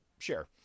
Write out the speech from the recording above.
Sure